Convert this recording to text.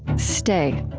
stay.